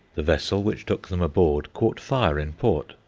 the vessel which took them aboard caught fire in port,